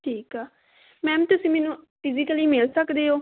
ਠੀਕ ਆ ਮੈਮ ਤੁਸੀਂ ਮੈਨੂੰ ਫਿਜ਼ੀਕਲੀ ਮਿਲ ਸਕਦੇ ਹੋ